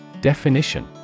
Definition